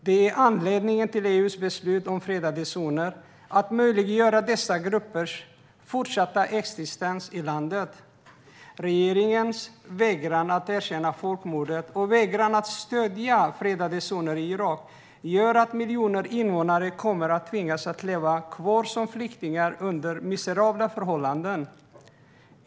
Det är anledningen till EU:s beslut om fredade zoner för att möjliggöra dessa gruppers fortsatta existens i landet. Regeringens vägran att erkänna folkmordet och vägran att stödja fredade zoner i Irak gör att miljoner invånare kommer att tvingas att leva kvar som flyktingar under miserabla förhållanden.